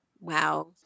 Wow